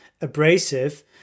abrasive